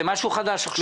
זה משהו חדש עכשיו.